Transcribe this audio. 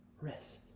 rest